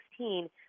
2016